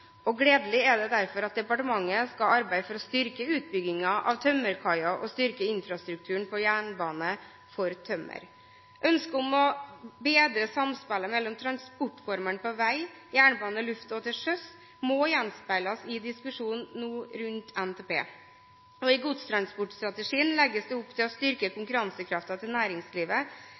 Gledelig er det derfor at departementet skal arbeide for å styrke utbyggingen av tømmerkaier og styrke infrastrukturen på jernbane for tømmer. Ønsket om å bedre samspillet mellom transportformene på vei, på jernbane, i luften og til sjøs må gjenspeiles i diskusjonen nå rundt NTP. I godstransportstrategien legges det opp til å styrke konkurransekraften til næringslivet